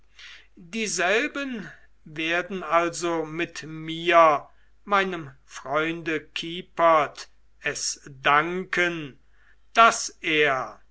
dieselben werden also mit mir meinem freunde kiepert es danken daß er